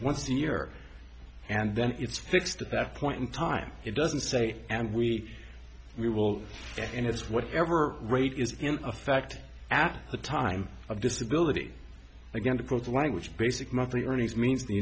once the year and then it's fixed at that point in time it doesn't say and we we will and it's whatever rate is in effect at the time of disability i'm going to quote the language basic monthly earnings means the